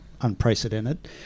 unprecedented